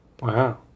Wow